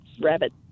rabbit